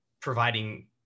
providing